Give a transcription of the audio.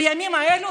בימים האלה,